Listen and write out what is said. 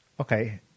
Okay